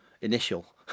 initial